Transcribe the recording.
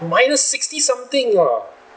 minus sixty something uh